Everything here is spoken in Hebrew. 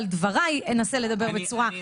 נכון.